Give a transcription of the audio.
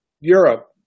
Europe